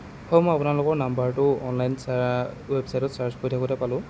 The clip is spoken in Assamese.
হয় মই আপোনালোকৰ নাম্বাৰটো অনলাইন ৱেবচাইটত ছাৰ্চ কৰি থাকোতে পালোঁ